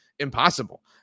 impossible